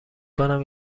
کنم